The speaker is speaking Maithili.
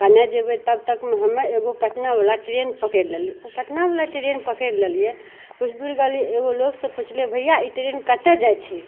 कने जेबै तब तकमे हमे एगो पटना बला ट्रेन पकैड़ि लेलियै ओ पटना बला ट्रेन पकैड़ि लेलियै किछु दूरी गेलियै एगो लोक सभ पुछलियै भैया ई ट्रेन कतऽ जाइ छै